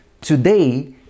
Today